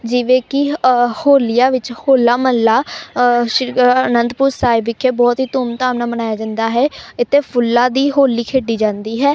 ਜਿਵੇਂ ਕਿ ਹੋਲੀਆਂ ਵਿੱਚ ਹੋਲਾ ਮਹੱਲਾ ਸ਼੍ਰੀ ਅਨੰਦਪੁਰ ਸਾਹਿਬ ਵਿਖੇ ਬਹੁਤ ਹੀ ਧੂਮ ਧਾਮ ਨਾਲ ਮਨਾਇਆ ਜਾਂਦਾ ਹੈ ਇੱਥੇ ਫੁੱਲਾਂ ਦੀ ਹੋਲੀ ਖੇਡੀ ਜਾਂਦੀ ਹੈ